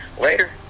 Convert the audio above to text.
Later